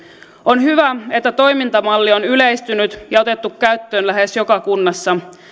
on hyvä että toimintamalli on yleistynyt ja otettu käyttöön lähes joka kunnassa